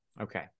Okay